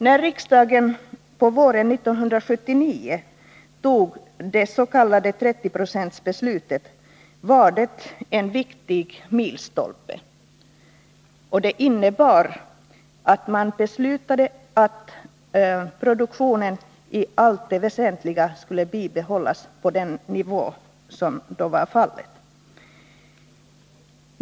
När riksdagen på våren 1979 tog det s.k. 30-procentsbeslutet var det en viktig milstolpe. Det innebar att man beslutade att produktionen i allt väsentligt skulle bibehållas på dåvarande nivå.